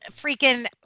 freaking